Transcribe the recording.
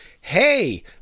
hey